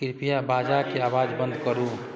कृपया बाजाके आवाज बन्द करू